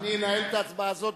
אני אנהל את ההצבעה הזאת.